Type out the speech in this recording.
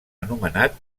anomenat